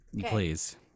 Please